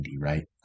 right